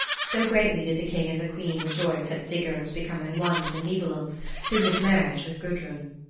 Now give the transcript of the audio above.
so greatly did the king and the queen rejoice at sigurd's becoming one with the nibelungs through his marriage with gudrun.